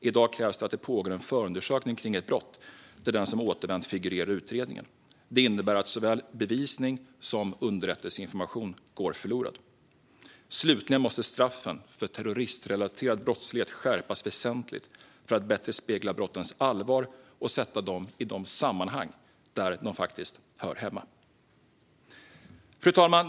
I dag krävs att det pågår en förundersökning kring ett brott där den som har återvänt figurerar i utredningen. Det innebär att såväl bevisning som underrättelseinformation går förlorad. Slutligen måste straffen för terroristrelaterad brottslighet skärpas väsentligt för att bättre spegla brottens allvar och sätta dem i de sammanhang där de hör hemma. Fru talman!